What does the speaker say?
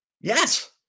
yes